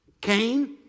Cain